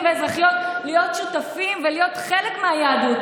ואזרחיות להיות שותפים ולהיות חלק מהיהדות.